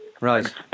Right